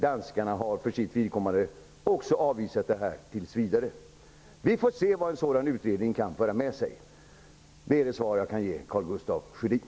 Danskarna har för sitt vidkommande avvisat en kriminalisering tills vidare. Vi får se vad en utredning kan komma fram till. Detta är det svar jag kan ge Karl Gustaf Sjödin.